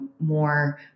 more